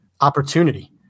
opportunity